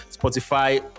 Spotify